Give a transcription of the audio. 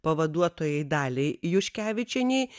pavaduotojai daliai juškevičienei